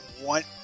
want